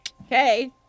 Okay